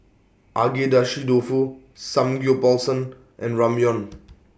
Agedashi Dofu Samgyeopsal and Ramyeon